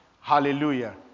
hallelujah